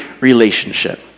relationship